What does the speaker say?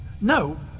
No